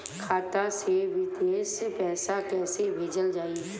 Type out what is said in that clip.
खाता से विदेश पैसा कैसे भेजल जाई?